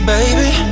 Baby